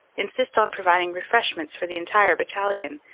insist on providing refreshments for the entire battalion,